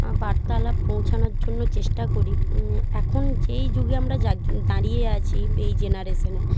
বার্তালাপ পৌঁছানোর জন্য চেষ্টা করি এখন যেই যুগে আমরা দাঁড়িয়ে আছি এই জেনারেশনে